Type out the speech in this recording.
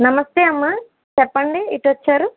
నమస్తే అమ్మ చెప్పండి ఇటొచ్చారు